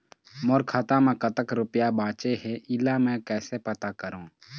मोर खाता म कतक रुपया बांचे हे, इला मैं हर कैसे पता करों?